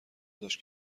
داشت